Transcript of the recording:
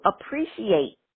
appreciate